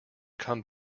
come